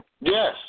Yes